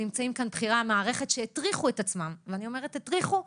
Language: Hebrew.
נמצאים כאן בכירי המערכת שהטריחו את עצמם ואני אומרת הטריחו,